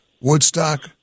Woodstock